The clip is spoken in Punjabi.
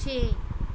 ਛੇ